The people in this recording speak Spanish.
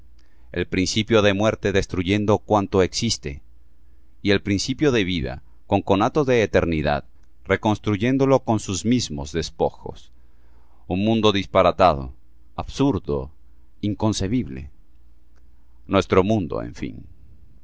el principio de muerte destruyendo cuanto existe y el principio de vida con conatos de eternidad reconstruyéndolo con sus mismos despojos un mundo disparatado absurdo inconcebible nuestro mundo en fin